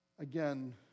Again